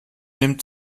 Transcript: nimmt